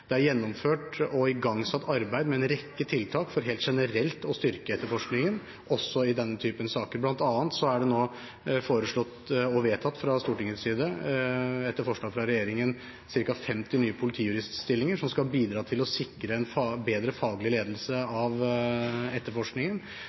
Det er gjennomført og igangsatt arbeid med en rekke tiltak for helt generelt å styrke etterforskningen også i denne typen saker. Blant annet er det nå foreslått, og vedtatt fra Stortingets side etter forslag fra regjeringen, ca. 50 nye politijuriststillinger som skal bidra til å sikre en bedre faglig ledelse av etterforskningen.